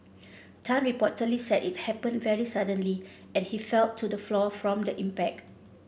Tan reportedly said it happened very suddenly and he fell to the floor from the impact